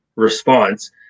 Response